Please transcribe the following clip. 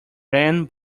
ran